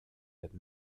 het